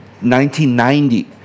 1990